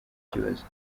kibazo